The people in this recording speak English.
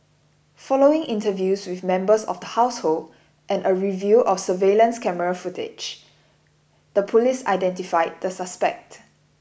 following interviews with members of the household and a review of surveillance camera footage the police identified the suspect